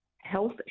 health